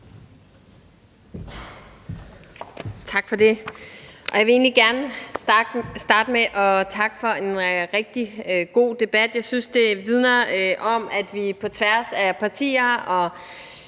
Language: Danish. Tak for det. Jeg vil egentlig gerne starte med at takke for en rigtig god debat. Jeg synes, det vidner om, at vi på tværs af partier og